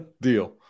deal